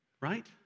Right